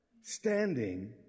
standing